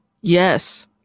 yes